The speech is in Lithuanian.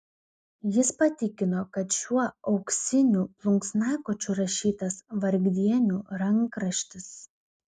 jis patikino kad šiuo auksiniu plunksnakočiu rašytas vargdienių rankraštis